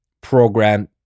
program